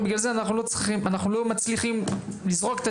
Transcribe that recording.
ובגלל זה אנחנו לא מצליחים לזרוק את